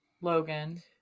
Logan